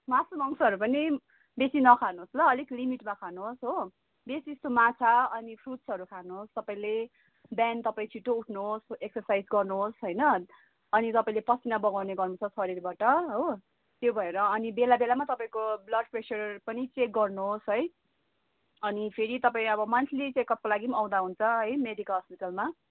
मासुमंसहरू पनि बेसी नखानुहोस् ल अलिक लिमिटमा खानुहोस् हो बेसी जस्तो माछा अनि फ्रुट्सहरू खानुहोस् तपाईँले बिहान तपाईँ छिटो उठ्नुहोस् एकसरसाइज गर्नुहोस् होइन अनि तपाईँले पसिना बगाउने गर्नु शरीरबाट हो त्यो भएर अनि बेला बेलामा तपाईँको ब्लड प्रेसर पनि चेक गर्नुहोस् है अनि फेरि तपाईँ अब मन्थली चेकअपको लागि पनि आउँदा हुन्छ है मेडिका हस्पिटलमा